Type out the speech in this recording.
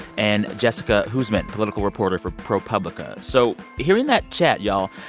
and jessica huseman, political reporter for propublica. so hearing that chat, y'all,